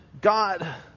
God